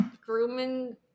Grooming